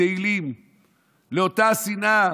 לאותה השנאה,